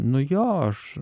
nu jo aš